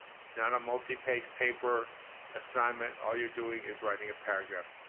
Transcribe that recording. it's not a multi-page paper assignment. all you're doing is writing a paragraph,